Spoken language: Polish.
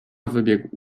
wybiegł